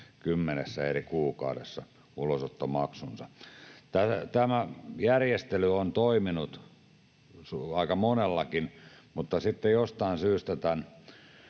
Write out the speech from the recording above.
kymmenenä eri kuukautena ulosottomaksunsa. Tämä järjestely on toiminut aika monellakin, mutta sitten jostain syystä lakia